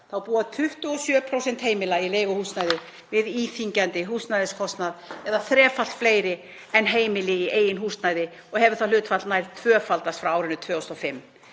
búa 27% heimila í leiguhúsnæði við íþyngjandi húsnæðiskostnað eða þrefalt fleiri en heimili í eigin húsnæði og hefur það hlutfall nær tvöfaldast frá árinu 2005.